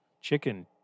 chicken